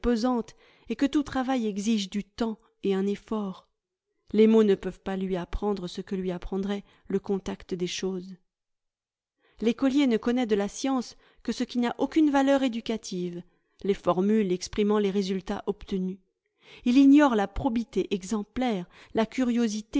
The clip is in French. et que tout travail exige du temps et un effort les mots ne peuvent pas lui apprendre ce que lui apprendrait le contact des choses l'écolier ne connaît de la science que ce qui n'a aucune valeur éducative les formules exprimant les résultats obtenus h ignore la probité exemplaire la curiosité